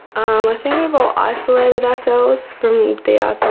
um i think we've all isolated ourselves from the ah